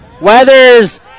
Weathers